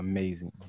Amazing